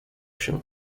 się